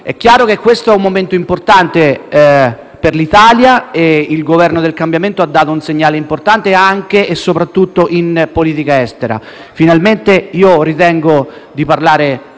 È chiaro che questo è un momento importante per l'Italia e il Governo del cambiamento ha dato un segnale importante, anche e soprattutto in politica estera. Ritengo di parlare